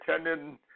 attending